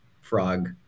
frog